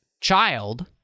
child